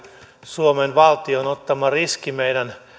suomen valtion ottama riski meidän